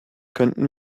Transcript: könnten